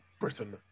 Britain